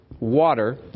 water